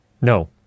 No